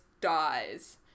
dies